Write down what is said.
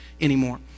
anymore